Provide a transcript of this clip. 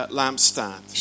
lampstand